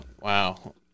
Wow